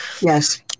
yes